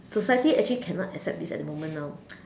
society actually cannot accept this at the moment now